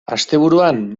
asteburuan